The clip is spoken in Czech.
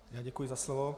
Děkuji za slovo.